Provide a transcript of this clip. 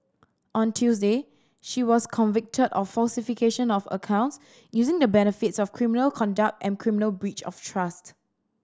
on Tuesday she was convicted of falsification of accounts using the benefits of criminal conduct and criminal breach of trust